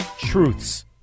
truths